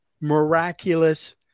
miraculous